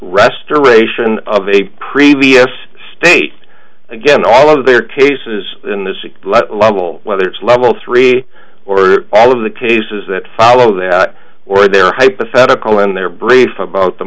restoration of a previous state again all of their cases in the sixth level whether it's level three or all of the cases that follow that or their hypothetical in their brief about the